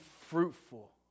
fruitful